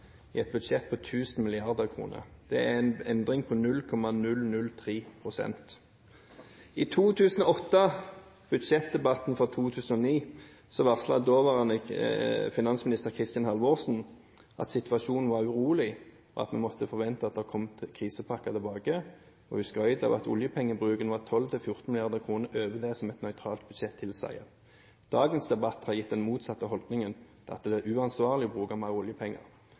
i et budsjett på 1 000 mrd. kr. Det er en endring på 0,003 pst. I 2008, i budsjettdebatten for 2009, varslet daværende finansminister Kristin Halvorsen at situasjonen var urolig, at vi måtte forvente at det kom en krisepakke. Hun skrøt av at oljepengebruken var 12 mrd. kr – 14 mrd. kr over det et nøytralt budsjett skulle tilsi. Dagens debatt har gitt den motsatte holdningen: Det er uansvarlig å bruke mer oljepenger.